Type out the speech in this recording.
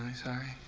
sorry.